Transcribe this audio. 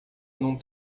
num